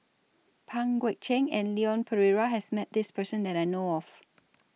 Pang Guek Cheng and Leon Perera has Met This Person that I know of